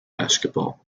basketball